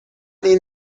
این